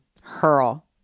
hurl